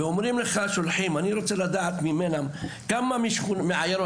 אני רוצה לדעת כמה תלמידים מעיירות